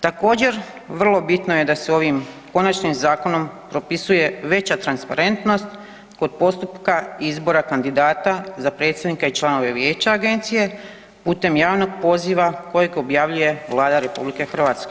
Također, vrlo bitno je da se ovim konačnim zakonom propisuje veća transparentnost kod postupka izbora kandidata za predsjednike i članove Vijeća agencije putem javnog poziva kojeg objavljuje Vlada RH.